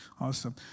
Awesome